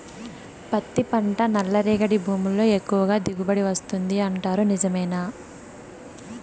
పత్తి పంట నల్లరేగడి భూముల్లో ఎక్కువగా దిగుబడి వస్తుంది అంటారు నిజమేనా